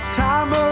time